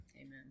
Amen